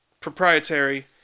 proprietary